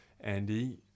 Andy